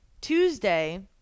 Tuesday